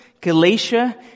Galatia